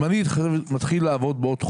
אם אני מתחיל לעבוד בעוד חודש,